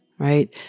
right